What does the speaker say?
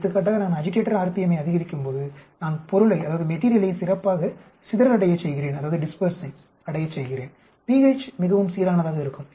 எடுத்துக்காட்டாக நான் agitator RPM யை அதிகரிக்கும் போது நான் பொருளை சிறப்பாக சிதறலடையச் செய்கிறேன் pH மிகவும் சீரானதாக இருக்கும்